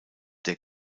der